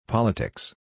Politics